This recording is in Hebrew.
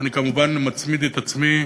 ואני כמובן מצמיד את עצמי,